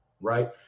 right